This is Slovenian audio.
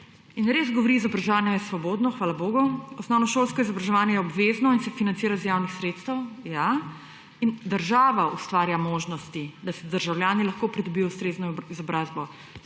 In res pravi, izobraževanje je svobodno – hvala bogu –, osnovnošolsko izobraževanje je obvezno in se financira iz javnih sredstev – ja – in država ustvarja možnost, da si državljani lahko pridobijo ustrezno izobrazbo.